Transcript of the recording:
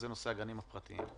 הגנים הפרטיים.